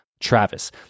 Travis